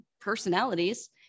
personalities